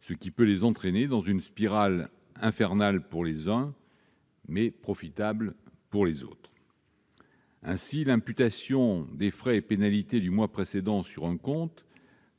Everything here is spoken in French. ce qui peut les entraîner dans une spirale infernale pour les uns, mais profitable pour les autres. Ainsi, l'imputation des frais et pénalités du mois précédent sur un compte